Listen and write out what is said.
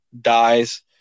dies